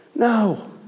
No